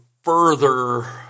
further